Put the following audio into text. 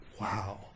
Wow